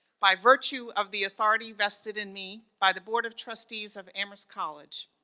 by virtue of the authority vested in me, by the board of trustees of amherst college,